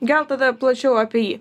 gal tada plačiau apie jį